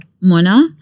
mona